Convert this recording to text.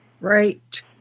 Right